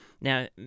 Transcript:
Now